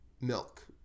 milk